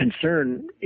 concern